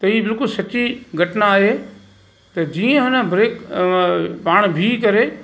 त हीअ बिल्कुलु सच्ची घटना आहे त जीअं हुन ब्रेक पाण भीह करे